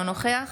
אינו נוכח